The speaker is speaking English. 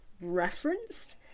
referenced